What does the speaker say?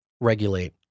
regulate